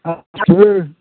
थाङो